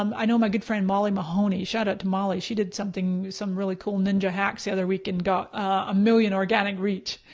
um i know my good friend molly mahoney, shout out to molly, she did something, some really cool ninja hacks the other week and got a million organic reach.